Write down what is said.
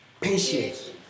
patience